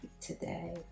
today